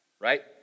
right